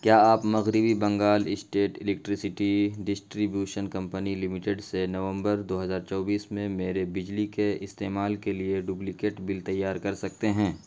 کیا آپ مغربی Bengal state electricity distribution company limited سے نومبر دو ہزار چوبیس میں میرے بجلی کے استعمال کے لیے ڈبلیکیٹ بل تیار کر سکتے ہیں